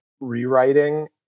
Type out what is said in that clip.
rewriting